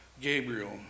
Gabriel